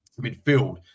midfield